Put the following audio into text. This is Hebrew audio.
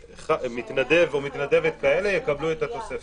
מתנדב או מתנדבת כאלה יקבלו את התוספת.